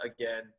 again